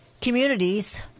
Communities